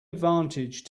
advantage